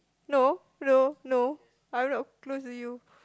no no no I don't know close to you